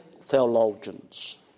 theologians